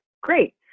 great